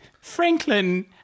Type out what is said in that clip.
Franklin